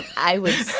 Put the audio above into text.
i would